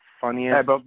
funniest